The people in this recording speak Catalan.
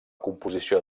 composició